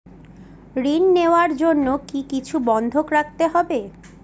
ঋণ নেওয়ার জন্য কি কিছু বন্ধক রাখতে হবে?